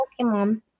Pokemon